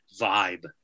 vibe